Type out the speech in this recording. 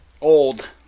Old